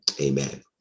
amen